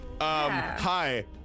hi